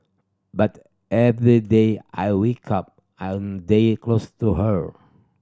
but every day I wake up I'm a day closer to her